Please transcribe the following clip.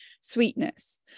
sweetness